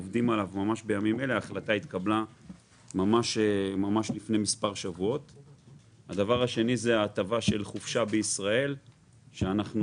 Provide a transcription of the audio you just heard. הדבר השני זה ההטבה של חופשה בישראל שאנחנו